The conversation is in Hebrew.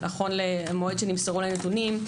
נכון למועד שנמסרו הנתונים,